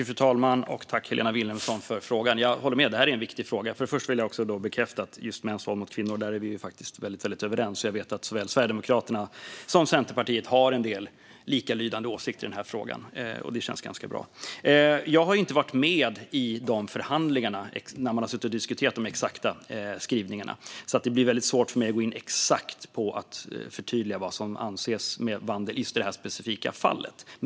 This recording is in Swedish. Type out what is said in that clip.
Fru talman! Tack, Helena Vilhelmsson, för frågan! Jag håller med. Det här är en viktig fråga. Först vill jag bekräfta det du sa om mäns våld mot kvinnor. Där är vi ju faktiskt helt överens. Jag vet att Sverigedemokraterna och Centerpartiet har en del likalydande åsikter i den här frågan, och det känns ganska bra. Jag har inte varit med i de förhandlingar där man har diskuterat de exakta skrivningarna, så det blir svårt för mig att förtydliga exakt vad som avses med vandel just i det här specifika fallet.